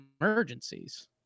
emergencies